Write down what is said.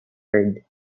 heard